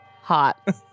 Hot